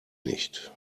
nicht